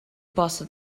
posta